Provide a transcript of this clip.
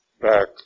back